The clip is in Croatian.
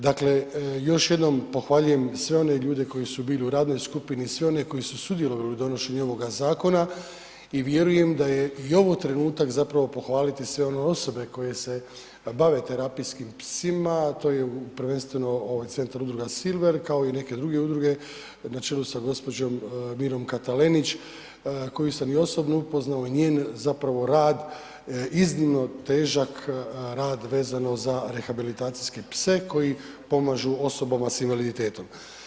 Dakle, još jednom pohvaljujem sve one ljude koji su bili u radnoj skupini i sve one koji su sudjelovali u donošenju ovoga zakona i vjerujem da je i ovo trenutak zapravo pohvaliti sve one osobe koje se bave terapijskim psima, to je prvenstveno centar udruga Silver kao i neke druge udruge na čelu sa gospođom Mirom Katalenić koju sam i osobno upoznao i njen zapravo rad, iznimno težak rad vezano za rehabilitacijske pse koji pomažu osobama sa invaliditetom.